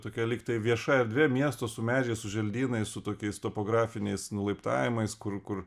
tokia lygtai vieša erdvė miesto su medžiais su želdynais su tokiais topografiniais nulaiptavimais kur kur